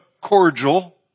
cordial